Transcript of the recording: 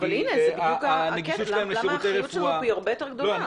אבל הנה זה בדיוק הקטע למה האחריות שלנו היא הרבה יותר גדולה.